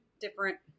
different